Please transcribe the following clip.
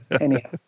Anyhow